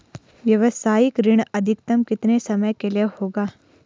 व्यावसायिक ऋण अधिकतम कितने समय के लिए होगा?